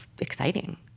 exciting